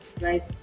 right